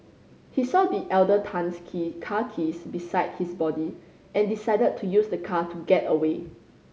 he saw the elder Tan's key car keys beside his body and decided to use the car to get away